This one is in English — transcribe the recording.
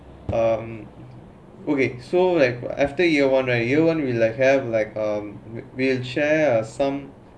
uh um okay so like after year one right year one is like hell we share ah some